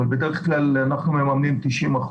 אבל בדרך כלל אנחנו ממנים 90%,